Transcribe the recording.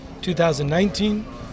2019